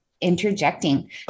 interjecting